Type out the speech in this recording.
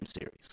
series